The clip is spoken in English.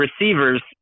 receivers